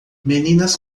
meninas